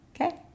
okay